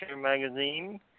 Magazine